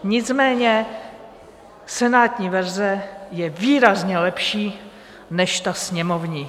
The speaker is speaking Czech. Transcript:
Nicméně senátní verze je výrazně lepší než ta sněmovní.